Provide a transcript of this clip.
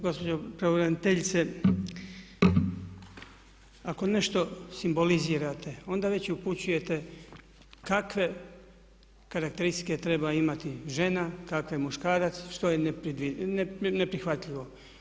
Gospođo pravobraniteljice ako nešto simbolizirate onda već upućujete kakve karakteristike treba imati žena, kakve muškarac, što je neprihvatljivo?